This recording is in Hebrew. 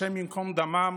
השם ייקום דמם